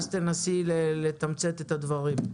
אחריה תנסי לתמצת את הדברים.